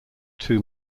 two